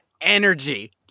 energy